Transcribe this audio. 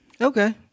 Okay